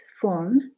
form